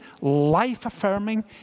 life-affirming